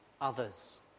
others